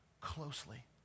closely